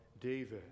David